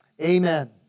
amen